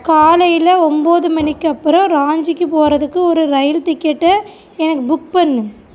காலையில் ஒம்பது மணிக்கு அப்புறம் ராஞ்சிக்கு போகிறதுக்கு ஒரு ரயில் டிக்கெட்டை எனக்கு புக் பண்ணு